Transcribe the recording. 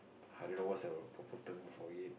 I don't know what's that appropriate term for it